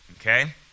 Okay